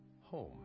home